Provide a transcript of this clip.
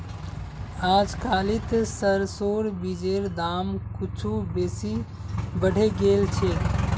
अजकालित सरसोर बीजेर दाम कुछू बेसी बढ़े गेल छेक